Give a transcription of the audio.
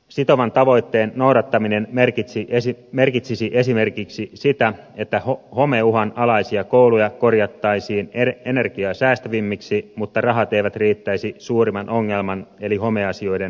sitovan tavoitteen noudattaminen merkitsisi esimerkiksi sitä että homeuhan alaisia kouluja korjattaisiin energiaa säästävämmiksi mutta rahat eivät riittäisi suurimman ongelman eli homeasioiden hoitamiseen